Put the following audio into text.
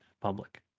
public